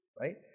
Right